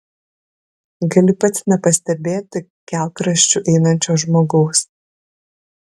gali pats nepastebėti kelkraščiu einančio žmogaus